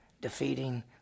defeating